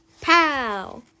pow